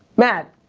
matt